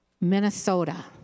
Minnesota